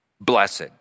blessed